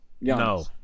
No